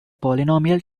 polynomial